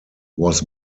was